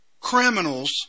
criminals